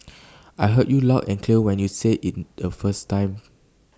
I heard you loud and clear when you said IT the first time